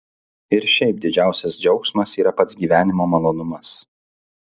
ir šiaip didžiausias džiaugsmas yra pats gyvenimo malonumas